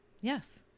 Yes